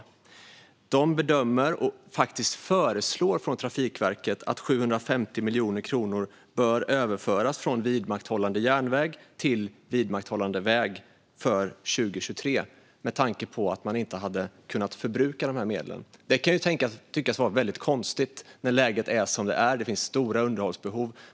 Verket bedömer och föreslår att 750 miljoner kronor bör överföras från vidmakthållande av järnväg till vidmakthållande av väg för 2023 med tanke på att man inte har kunnat förbruka medlen. Det kan tyckas vara konstigt när läget är som det är med stora underhållsbehov.